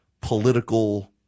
political